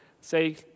say